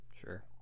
Sure